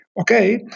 okay